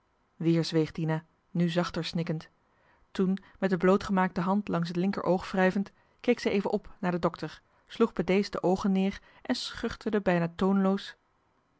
dina nu zachter snikkend toen met de blootgemaakte hand langs het linkeroog wrijvend keek zij den dokter éven aan sloeg bedeesd de oogen neer en schuchterde bijna